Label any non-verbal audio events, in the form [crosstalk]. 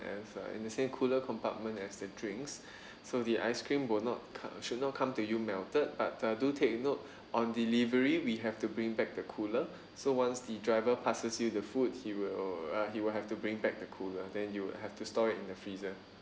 as uh in the same cooler compartment as the drinks [breath] so the ice cream will not come should not come to you melted but uh do take note on delivery we have to bring back the cooler so once the driver passes you the food he will uh he will have to bring back the cooler then you'll have to store it in the freezer